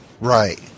Right